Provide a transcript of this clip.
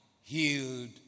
healed